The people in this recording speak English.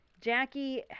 Jackie